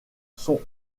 sont